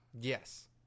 Yes